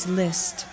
list